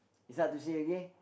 it's hard to say okay